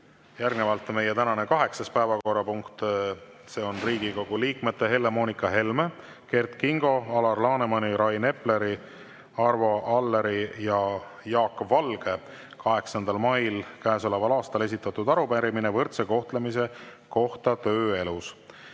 Järgnevalt meie tänane kaheksas päevakorrapunkt. See on Riigikogu liikmete Helle-Moonika Helme, Kert Kingo, Alar Lanemani, Rain Epleri, Arvo Alleri ja Jaak Valge 8. mail käesoleval aastal esitatud arupärimine võrdse kohtlemise kohta tööelus.